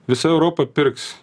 visa europa pirks